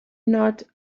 not